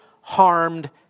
harmed